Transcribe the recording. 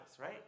right